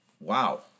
Wow